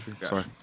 Sorry